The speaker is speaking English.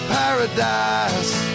paradise